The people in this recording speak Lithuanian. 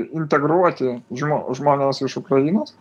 integruoti žmo žmones iš ukrainos